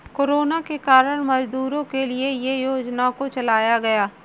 corona के कारण मजदूरों के लिए ये योजना को चलाया गया